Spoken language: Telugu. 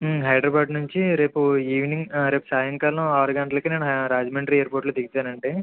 హైదరాబాదు నుంచి రేపు ఈవెనింగ్ రేపు సాయంకాలం ఆరు గంటలకి నేను హై రాజమండ్రి ఎయిర్ పోర్టులో దిగుతానండి